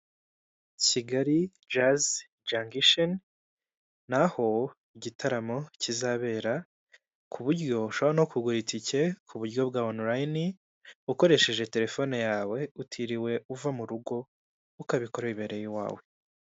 Uru ni urubuga rukorera kuri murandasi ndetse n'ikoranabuhanga rwa banki runaka aho ushobora kwishyura kwakira kohereza amafaranga mu buryo bworoshye bitagusabye kuva aho uri, no gukora ingendo zitateganyije byihuse.